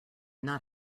not